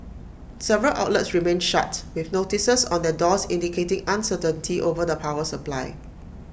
several outlets remained shut with notices on their doors indicating uncertainty over the power supply